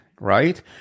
right